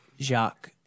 Jacques